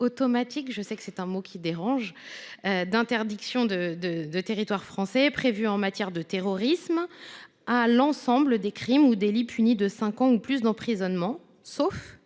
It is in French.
l’automaticité– je sais que c’est un mot qui dérange – de la peine d’interdiction du territoire français, qui existe déjà en matière de terrorisme, à l’ensemble des crimes ou délits punis de cinq ans ou plus d’emprisonnement, sauf